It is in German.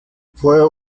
feuer